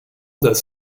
does